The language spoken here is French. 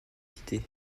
cité